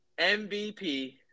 MVP